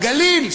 הגליל,